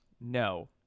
No